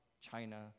China